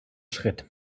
schritt